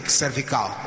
cervical